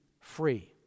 free